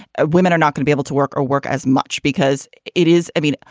ah women are not gonna be able to work or work as much because it is i mean,